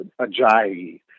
Ajayi